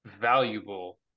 valuable